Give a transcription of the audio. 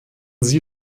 sie